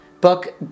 Book